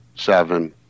seven